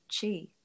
chi